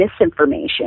misinformation